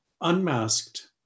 unmasked